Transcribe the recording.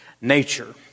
nature